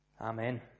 Amen